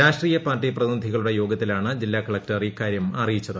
രാഷ്ട്രീയ പാർട്ടി പ്രതിനിധികളുടെ യോഗത്തിലാണ് ജില്ലാ കളക്ടർ ഇക്കാര്യം അറിയിച്ചത്